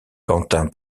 quentin